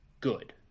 good